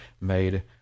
made